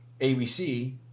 ABC